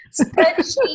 spreadsheet